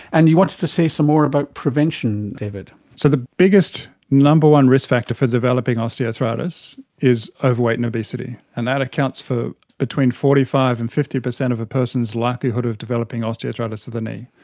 and you wanted to say some more about prevention, david? so the biggest number one risk factor for developing osteoarthritis is overweight and obesity, and that accounts for between forty five percent and fifty percent of a person's likelihood of developing osteoarthritis of the knee.